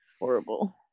horrible